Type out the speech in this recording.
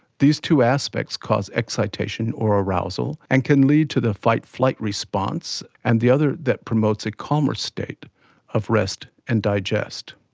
these two aspects cause excitation or arousal that and can lead to the fight flight response and the other that promotes a calmer state of rest and digest.